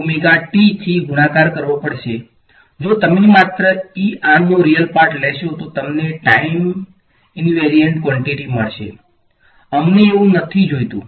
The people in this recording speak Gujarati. મારે થી ગુણાકાર કરવો પડશે જો તમે માત્ર E r નો રીયલ પાર્ટ લેશો તો તમને ટાઈમ ઈનવેરીયંટ કવોંટીટી મળશે અમને એવું નથી જોઈતું